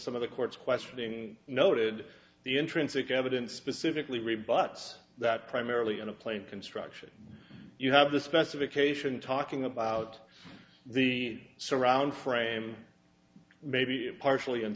some of the court's questioning noted the intrinsic evidence specifically rebut that primarily in a plane construction you have the specification talking about the surround frame maybe partially